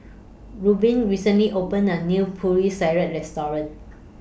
Reuben recently opened A New Putri Salad Restaurant